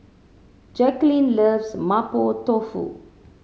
Jacqueline loves Mapo Tofu